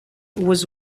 was